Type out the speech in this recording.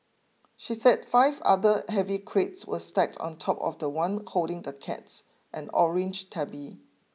she said five other heavy crates were stacked on top of the one holding the cat an orange tabby